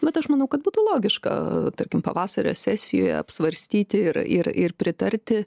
bet aš manau kad būtų logiška tarkim pavasario sesijoje apsvarstyti ir ir ir pritarti